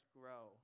grow